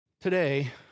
Today